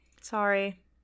sorry